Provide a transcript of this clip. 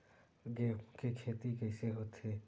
गेहूं के खेती कइसे होथे?